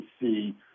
see